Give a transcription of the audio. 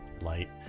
light